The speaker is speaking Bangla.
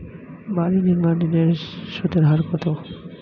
বাড়ি নির্মাণ ঋণের সুদের হার কত?